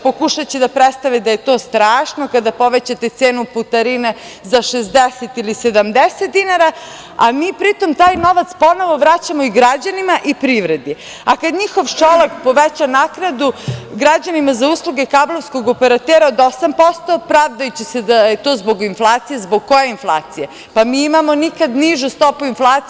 Pokušaće da predstave da je to strašno kada povećate cenu putarine za 60 ili 70 dinara, a mi pri tom taj novac ponovo vraćamo i građanima i privredi, a kada njihov Šolak poveća naknadu građanima za uslugu kablovskog operatera od 8%, pravdajući se da je to zbog inflacije, zbog koje inflacije, pa imamo nikad nižu stopu inflacije.